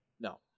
No